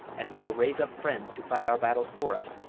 and who will raise up friends to fight our battles for us.